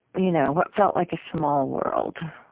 you know what felt like a small world,